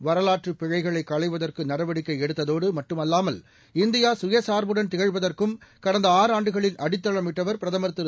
வரலாற்று பிழைகளை களைவதற்கு நடவடிக்கை எடுத்ததோடு மட்டுமல்லாமல் இந்தியா சுயசுா்புடன் திகழ்வதற்கும் கடந்த ஆறு ஆண்டுகளில் அடித்தளமிட்டவர் பிரதமர் திரு